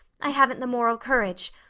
i haven't the moral courage.